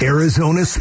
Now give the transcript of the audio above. Arizona